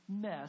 mess